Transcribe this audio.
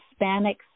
Hispanics